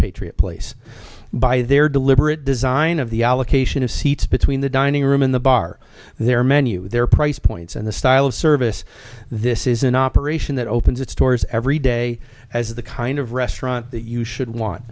patriot place by their deliberate design of the allocation of seats between the dining room in the bar their menu their price points and the style of service this is an operation that opens its doors every day as the kind of restaurant that you should want